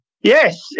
Yes